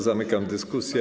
Zamykam dyskusję.